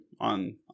on